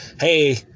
Hey